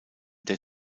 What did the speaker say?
der